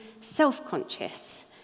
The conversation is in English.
self-conscious